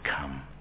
come